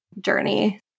journey